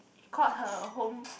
called her home